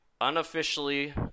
unofficially